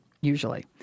usually